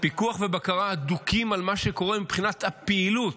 פיקוח ובקרה הדוקים על מה שקורה מבחינת הפעילות,